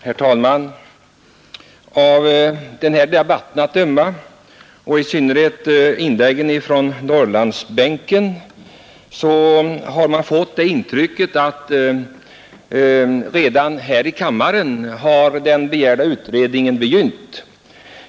Herr talman! Av denna debatt och i synnerhet av inläggen från Norrlandsbänken att döma har man fått det intrycket att den begärda utredningen begynt redan i kammaren.